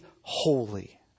holy